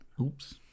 oops